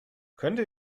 könnte